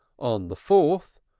on the fourth,